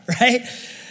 right